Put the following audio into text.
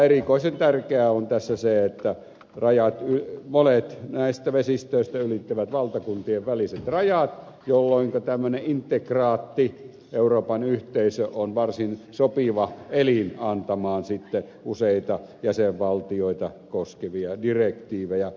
erikoisen tärkeää on tässä se että monet näistä vesistöistä ylittävät valtakuntien väliset rajat jolloinka tämmöinen integroitu euroopan yhteisö on varsin sopiva elin antamaan sitten useita jäsenvaltioita koskevia direktiivejä